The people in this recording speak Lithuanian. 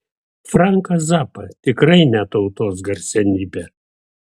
franką zappą tikrai ne tautos garsenybę